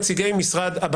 אז זה פרדוקס.